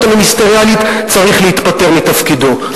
המיניסטריאלית צריך להתפטר מתפקידו.